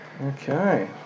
Okay